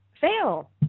fail